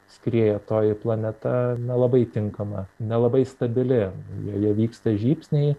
skrieja toji planeta nelabai tinkama nelabai stabili joje vyksta žybsniai